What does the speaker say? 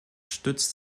stützt